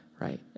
right